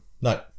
No